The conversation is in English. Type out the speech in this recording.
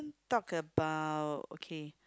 talk about okay